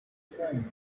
explain